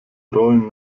rollen